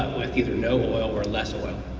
with either no oil or less oil.